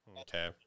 Okay